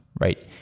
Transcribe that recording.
right